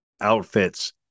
outfits